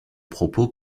propos